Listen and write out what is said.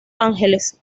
ángeles